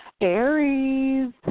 Aries